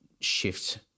shift